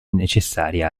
necessaria